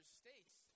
states